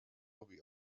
klubi